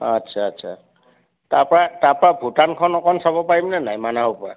আচ্ছা আচ্ছা তাৰ পৰা তাৰ পৰা ভূটানখন অকণ চাব পাৰিম নে নাই মানাহৰ পৰা